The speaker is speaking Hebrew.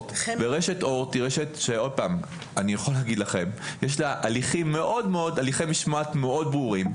ורשת אורט היא רשת שאני יכול להגיד לכם שיש לה הליכי משמעת מאוד ברורים,